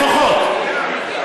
לפחות.